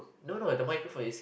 no no the microphone is